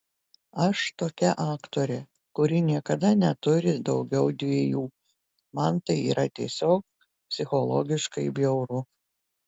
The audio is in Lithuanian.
aš tokia aktorė kuri niekada neturi daugiau dviejų man tai yra tiesiog psichologiškai bjauru